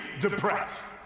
depressed